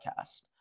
Podcast